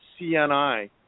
CNI